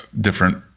different